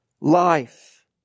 life